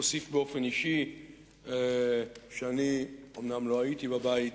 אוסיף באופן אישי שאני אומנם לא הייתי בבית